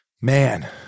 Man